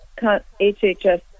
HHS